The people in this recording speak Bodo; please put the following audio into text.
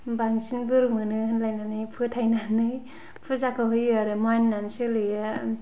बांसिन बोर मोनो होनलायनानै फोथायनानै फुजाखौ होयो आरो मानिनानै सोलियो